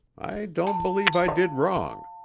i don't believe i did wrong.